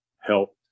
helped